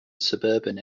suburban